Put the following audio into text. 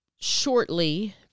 shortly